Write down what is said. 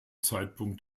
zeitpunkt